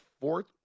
Fourth